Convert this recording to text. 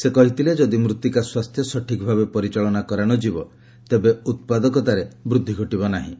ସେ କହିଥିଲେ ଯଦି ମୃତ୍ତିକା ସ୍ୱାସ୍ଥ୍ୟ ସଠିକ୍ ଭାବେ ପରିଚାଳନା କରାନଯିବ ତେବେ ଉତ୍ପାଦକତାରେ ବୃଦ୍ଧି ଘଟିବ ନାହିଁ